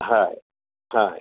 हय हय